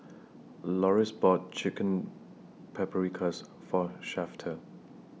Loris bought Chicken Paprikas For Shafter